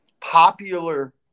popular